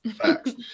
Facts